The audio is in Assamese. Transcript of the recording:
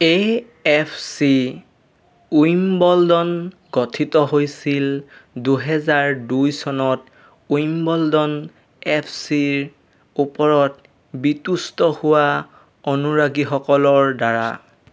এ এফ চি উইম্বলডন গঠিত হৈছিল দুহেজাৰ দুই চনত উইম্বলডন এফ চিৰ ওপৰত বিতুষ্ট হোৱা অনুৰাগীসকলৰ দ্বাৰা